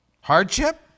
Hardship